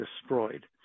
destroyed